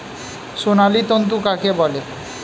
সোনালী তন্তু কাকে বলে?